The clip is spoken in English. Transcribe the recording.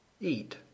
eat